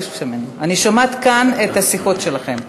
אני שומעת כאן את השיחות שלכם.